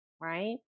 Right